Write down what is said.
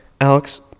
Alex